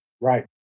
Right